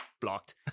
blocked